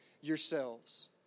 yourselves